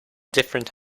different